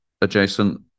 adjacent